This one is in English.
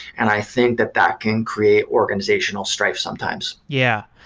and i think that that can create organizational strike sometimes. yeah.